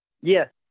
Yes